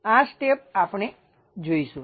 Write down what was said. આ સ્ટેપ આપણે જોઈશું